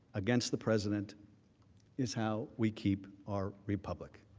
against the president is how we keep our republic,